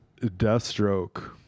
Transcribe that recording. Deathstroke